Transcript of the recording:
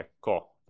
cool